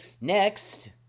Next